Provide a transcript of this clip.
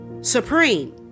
supreme